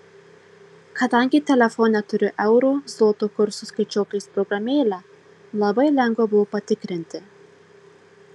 kadangi telefone turiu euro zloto kurso skaičiuoklės programėlę labai lengva buvo patikrinti